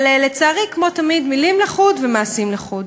אבל, לצערי, כמו תמיד, מילים לחוד ומעשים לחוד.